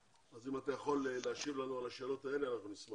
אתיופיה שיכולים לקרוא את המסמכים